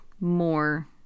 more